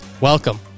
welcome